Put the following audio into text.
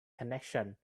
connections